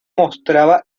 mostraba